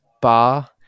bar